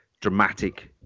dramatic